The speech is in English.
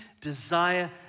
desire